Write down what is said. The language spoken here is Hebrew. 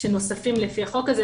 שנוספים לפי החוק הזה.